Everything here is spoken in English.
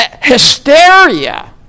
hysteria